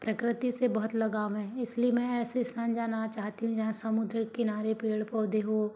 प्रकृति से बहुत लगाव है इसलिए मैं ऐसे स्थान जाना चाहती हूँ जहाँ समुद्र किनारे पेड़ पौधे हों